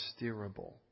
steerable